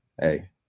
hey